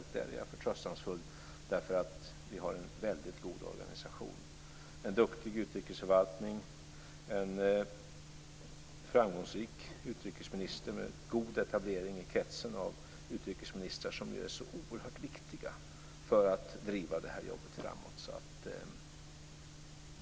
Där är jag förtröstansfull, därför att vi har en väldigt god organisation, en duktig utrikesförvaltning, en framgångsrik utrikesminister med god etablering i kretsen av utrikesministrar som ju är så oerhört viktiga för att driva det här jobbet framåt.